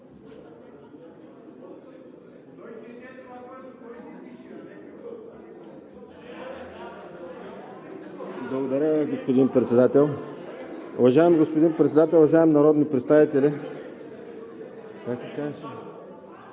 Благодаря Ви, господин Председател. Уважаеми господин Председател, уважаеми народни представители! Уважаеми